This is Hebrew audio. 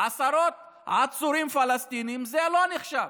עשרות עצורים פלסטינים זה לא נחשב,